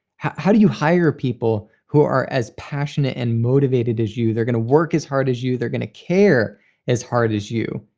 how do you hire people who are as passionate and motivated as you, that are going to work as hard as you, that are going to care as much as you?